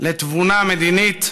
לתבונה מדינית,